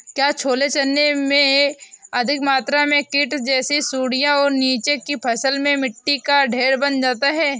क्या छोले चने में अधिक मात्रा में कीट जैसी सुड़ियां और नीचे की फसल में मिट्टी का ढेर बन जाता है?